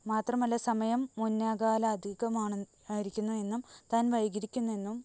മാത്രമല്ല സമയം മുന്നാകാലധികമാണെന്ന് ആയിരിക്കുന്നു എന്നും താൻ വൈകി ഇരിക്കുന്നു എന്നും